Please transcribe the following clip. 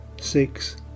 six